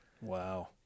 Wow